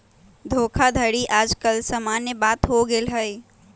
धोखाधड़ी याज काल समान्य बात हो गेल हइ